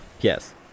Yes